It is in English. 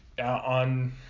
on